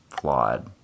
flawed